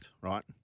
right